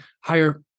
higher